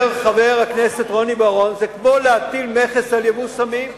אומר חבר הכנסת רוני בר-און: זה כמו להטיל מכס על ייבוא סמים.